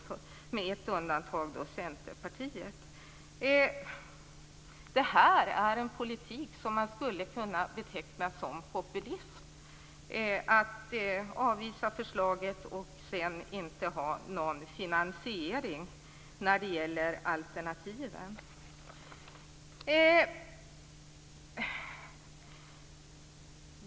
Det finns dock ett undantag, nämligen Centerpartiet. Det här är en politik som man skulle kunna beteckna som populism. Man avvisar förslaget och har inte någon finansiering av alternativen.